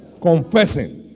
confessing